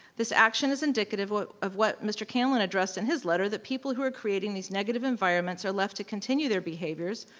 this action is indicative of what mr. canlin addressed in his letter that people who are creating these negative environments are left to continue their behaviors,